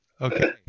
okay